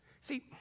See